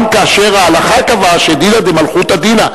גם כאשר ההלכה קבעה שדינא דמלכותא דינא.